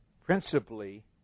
principally